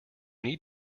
need